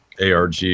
ARG